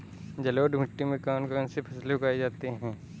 जलोढ़ मिट्टी में कौन कौन सी फसलें उगाई जाती हैं?